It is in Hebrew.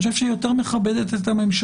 שאני חושב שהיא יותר מכבדת את הממשלה,